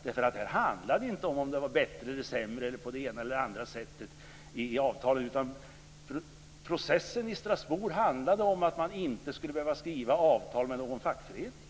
Det handlade inte om ifall det var bättre eller sämre på det ena eller andra sättet i avtalet, utan processen i Strasbourg handlade om att man inte skulle behöva skriva avtal med någon fackförening.